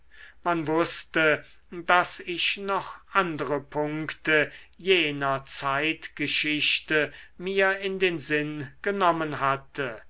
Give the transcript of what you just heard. man wußte daß ich noch andere punkte jener zeitgeschichte mir in den sinn genommen hatte